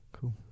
Cool